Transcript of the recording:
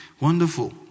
wonderful